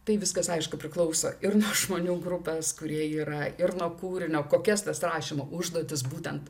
tai viskas aišku priklauso ir nuo žmonių grupės kurie yra ir nuo kūrinio kokias tas rašymo užduotis būtent